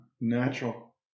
natural